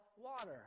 water